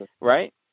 right